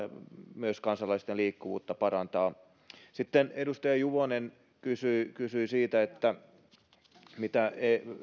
myös kansalaisten liikkuvuutta voidaan parantaa edustaja juvonen kysyi kysyi siitä mitä